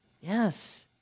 Yes